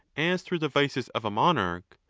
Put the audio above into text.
as through the vices of a monarch,